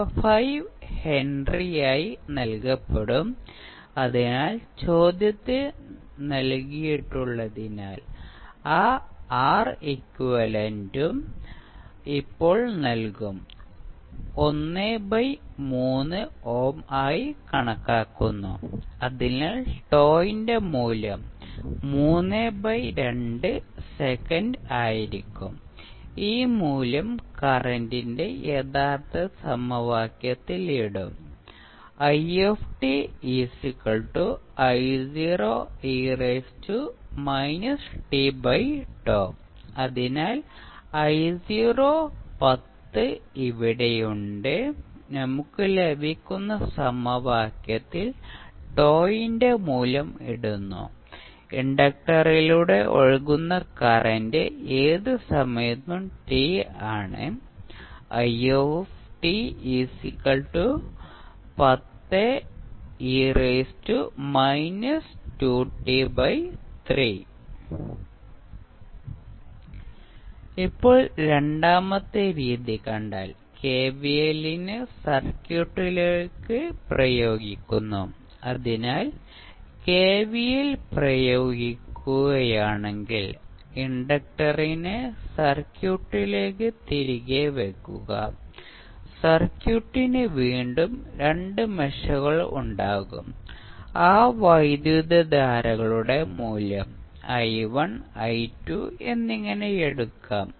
5 ഹെൻറിയായി നൽകപ്പെടും അതിനാൽ ചോദ്യത്തിൽ നൽകിയിട്ടുള്ളതിനാൽ ആ R എക്വിവാലെന്റും ഇപ്പോൾ നൽകും 13 ഓം ആയി കണക്കാക്കുന്നു അതിനാൽ τ വിന്റെ മൂല്യം 32 സെക്കൻഡ് ആയിരിക്കും ഈ മൂല്യം കറന്റിന്റെ യഥാർത്ഥ സമവാക്യത്തിൽ ഇടും അതിനാൽ i 10 അവിടെയുണ്ട് നമുക്ക് ലഭിക്കുന്ന സമവാക്യത്തിൽ τ വിന്റെ മൂല്യം ഇടുന്നു ഇൻഡക്റ്ററിലൂടെ ഒഴുകുന്ന കറന്റ് ഏത് സമയത്തും t ആണ് ഇപ്പോൾ രണ്ടാമത്തെ രീതി കണ്ടാൽ കെവിഎലിനെ സർക്യൂട്ടിലേക്ക് പ്രയോഗിക്കുന്നു അതിനാൽ കെവിഎൽ പ്രയോഗിക്കുകയാണെങ്കിൽ ഇൻഡക്റ്ററിനെ സർക്യൂട്ടിലേക്ക് തിരികെ വയ്ക്കുക സർക്യൂട്ടിന് വീണ്ടും രണ്ട് മെഷുകൾ ഉണ്ടാകും ആ വൈദ്യുതധാരകളുടെ മൂല്യം i1 i2 എന്നിങ്ങനെ എടുക്കാം